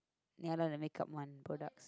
ya then make up one product